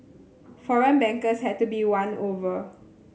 foreign bankers had to be won over